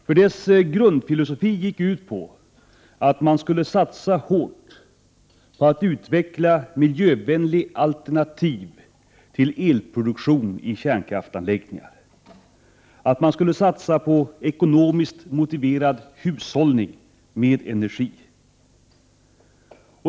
Linje 2:s grundfilosofi gick ut på att man skulle satsa hårt på att utveckla miljövänliga alternativ till elproduktion i kärnkraftsanläggningar och att man skulle satsa på ekonomiskt motiverad hushållning med energi.